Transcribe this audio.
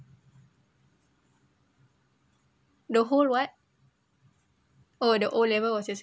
the whole what oh the O level was your saddest